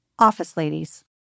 OfficeLadies